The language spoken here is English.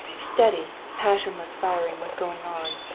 steady, passionless firing was going on,